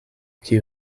kiu